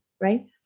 right